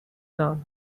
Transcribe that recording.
son